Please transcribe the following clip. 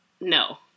no